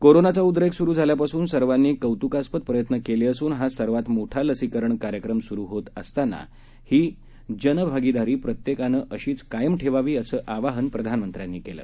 कोरोनाचा उद्रेक स्रु झाल्यापासून सर्वांनी कौत्कास्पद प्रयत्न केले असून हा सर्वात मोठा लसीकरण कार्यक्रम सुरु होत असताना ही जनभागिदारी प्रत्येकानं अशीच कायम ठेवावी असं आवाहन प्रधानमंत्र्यांनी केलं